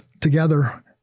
together